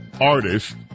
artist